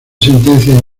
sentencias